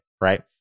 right